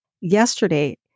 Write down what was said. Yesterday